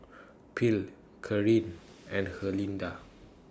Phil Karin and Herlinda